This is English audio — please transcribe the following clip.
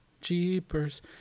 Jeepers